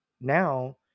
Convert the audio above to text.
now